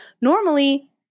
normally